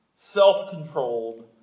self-controlled